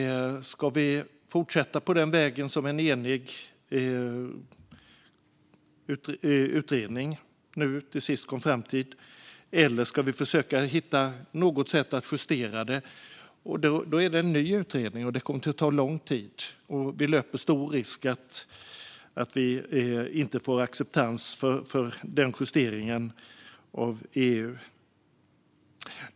Ska vi fortsätta på den väg som en enig utredning till sist kom fram till, eller ska vi försöka hitta något sätt att justera detta? Då handlar det om en ny utredning, och det kommer att ta lång tid. Vi löper också stor risk att inte få acceptans av EU för justeringen.